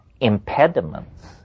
Impediments